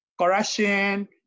corruption